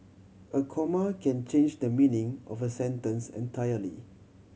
a comma can change the meaning of a sentence entirely